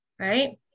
Right